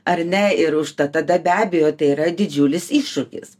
ar ne ir užtat tada be abejo tai yra didžiulis iššūkis